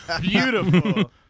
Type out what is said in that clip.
beautiful